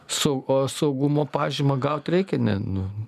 su o saugumo pažymą gaut reikia ne nu